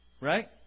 Right